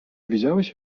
widziałeś